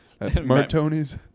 Martoni's